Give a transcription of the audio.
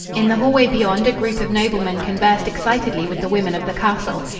in the hallway beyond a group of noblemen conversed excitedly with the women of the castle.